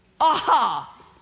aha